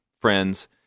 friends—